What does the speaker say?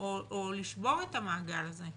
או לשבור את המעגל הזה.